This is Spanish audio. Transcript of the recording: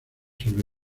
sobre